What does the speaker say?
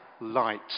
light